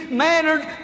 mannered